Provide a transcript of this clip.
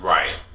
Right